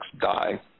die